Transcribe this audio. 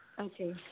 Okay